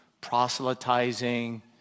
proselytizing